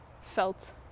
Felt